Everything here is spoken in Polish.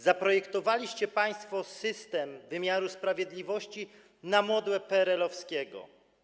Zaprojektowaliście państwo system wymiaru sprawiedliwości na modłę systemu PRL-owskiego.